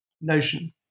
notion